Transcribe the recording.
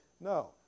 no